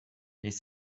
les